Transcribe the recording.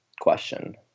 question